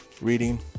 Reading